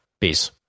peace